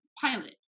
pilot